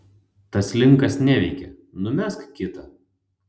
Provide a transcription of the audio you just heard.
tas linkas neveikia numesk kitą